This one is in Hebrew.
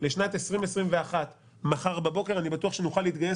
לשנת 2021. מחר בבוקר אני בטוח שנוכל להתגייס